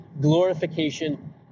glorification